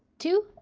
two,